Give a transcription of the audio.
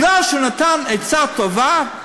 מכיוון שהוא נתן עצה טובה,